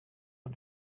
iyo